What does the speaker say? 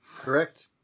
Correct